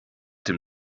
dem